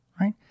right